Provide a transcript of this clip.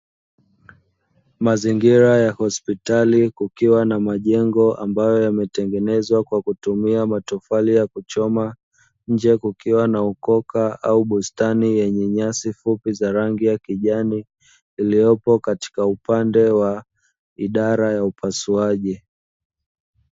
Mazingira ya hospitali kukiwa na majengo ambayo yametengenezwa kwa kutumia matofali ya kuchoma, pia kukiwa na ukoka au bustani yenye nyasi fupi za rangi ya kijani iliyopo katika upande wa idara ya upasuaji.